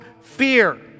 fear